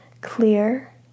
Clear